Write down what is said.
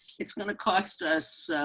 it's going to cost us